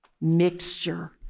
mixture